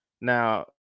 now